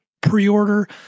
pre-order